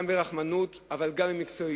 גם ברחמנות, אבל גם במקצועיות.